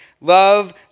love